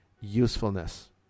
usefulness